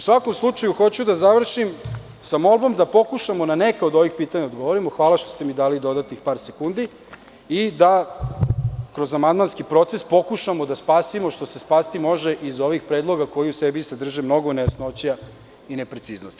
U svakom slučaju, hoću da završim sa molbom da pokušamo na neka od ovih pitanja da odgovorimo, hvala što ste mi dali dodatnih par sekundi, i da kroz amandmanski proces pokušamo da spasimo što se spasti može iz ovih predloga koji u sebi sadrže mnogo nejasnoća i nepreciznosti.